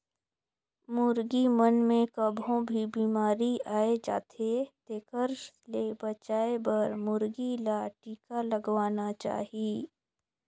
मुरगी मन मे कभों भी बेमारी आय जाथे तेखर ले बचाये बर मुरगी ल टिका लगवाना चाही